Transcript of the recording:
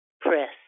Press